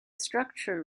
structure